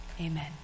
Amen